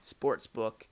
sportsbook